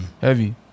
heavy